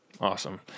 Awesome